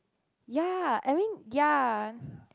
ya I mean ya